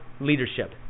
leadership